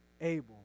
Abel